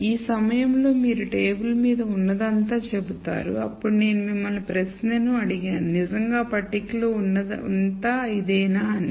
ఈ సమయంలో మీరు టేబుల్ మీద ఉన్నదంతా చెబుతున్నారు అప్పుడు నేను మిమ్మల్ని ప్రశ్నను అడిగాను నిజంగా పట్టికలో ఉన్నదంతా ఇదేనా అని